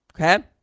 Okay